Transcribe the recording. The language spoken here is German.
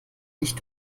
nicht